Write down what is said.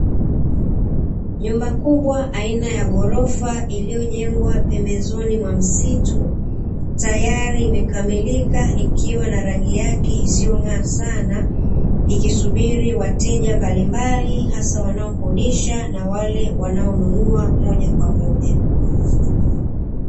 Nyumba kubwa aina ya ghorofa iliyojengwa pembezoni mwa msitu, tayari imekamilika ikiwa na rangi yake isiyong'aa sana, ikisubiri wateja mbalimbali, hasa wanaokodisha na wale wanaonunua moja kwa moja.